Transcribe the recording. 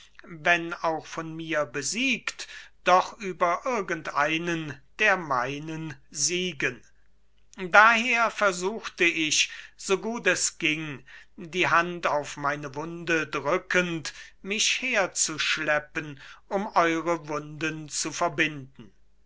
wenn auch von mir besiegt doch über irgend einen der meinen siegen daher versuchte ich so gut es ging die hand auf meine wunde drückend mich herzuschleppen um eure wunden zu verbinden